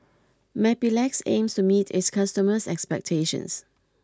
Mepilex aims to meet its customers' expectations